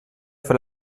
fer